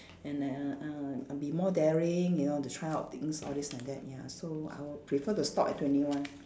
and then uh I'll be more daring you know to try out things all these and that ya so I would prefer to stop at twenty one